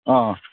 ꯑꯥ